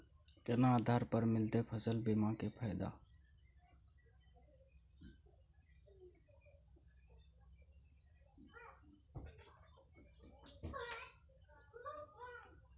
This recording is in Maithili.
केना आधार पर मिलतै फसल बीमा के फैदा?